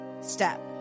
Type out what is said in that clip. Step